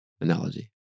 analogy